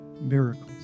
Miracles